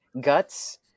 Guts